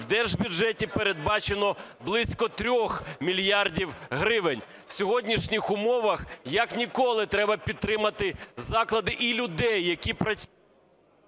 в держбюджеті передбачено близько 3 мільярдів гривень. В сьогоднішніх умовах як ніколи треба підтримати заклади і людей, які працюють…